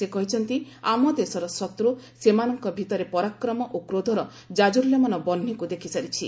ସେ କହିଛନ୍ତି ଆମ ଦେଶର ଶତ୍ର ସେମାନଙ୍କ ଭିତରେ ପରାକ୍ରମ ଓ କ୍ରୋଧର କାଜୁଲ୍ୟମାନ ବହ୍ନିକୁ ଦେଖିସାରିଛି